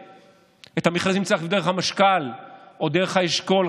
את המכרזים צריך דרך המשכ"ל או דרך האשכול.